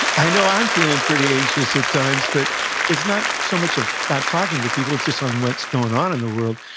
i know i'm feeling pretty anxious at times, but it's not so much of about talking to people, it's just on what's going on in the world.